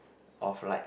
of like